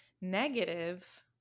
negative